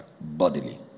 bodily